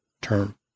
term